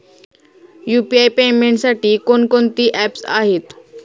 UPI पेमेंटसाठी कोणकोणती apps आहेत?